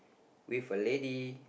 with a lady